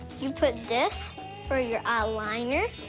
you put this for your eyeliner.